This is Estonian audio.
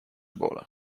poole